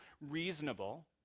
reasonable